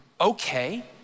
okay